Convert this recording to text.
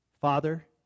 Father